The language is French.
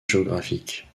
géographique